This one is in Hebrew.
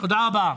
תודה רבה.